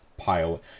Pile